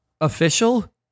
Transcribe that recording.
Official